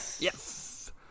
Yes